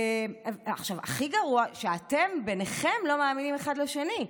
הכי גרוע שאתם ביניכם לא מאמינים אחד לשני.